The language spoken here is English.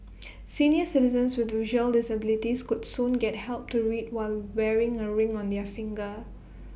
senior citizens with visual disabilities could soon get help to read while wearing A ring on their finger